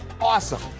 awesome